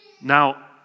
Now